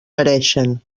mereixen